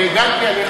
הגנתי עליך